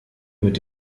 mit